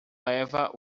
leva